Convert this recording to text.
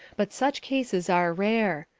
but such cases are rare.